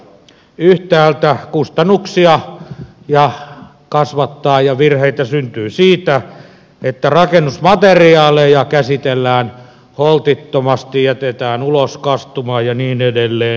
yhtäältä kustannuksia kasvattaa se ja virheitä syntyy siitä että rakennusmateriaaleja käsitellään holtittomasti jätetään ulos kastumaan ja niin edelleen